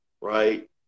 right